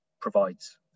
provides